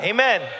Amen